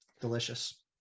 delicious